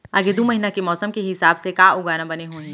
आगे दू महीना के मौसम के हिसाब से का उगाना बने होही?